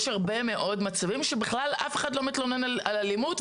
יש הרבה מאוד מצבים שאף אחד לא מתלונן על אלימות,